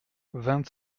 vingt